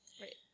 Right